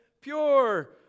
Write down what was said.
pure